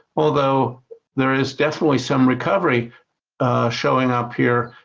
although there is definitely some recovery showing up here,